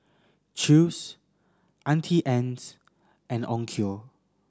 Chew's Auntie Anne's and Onkyo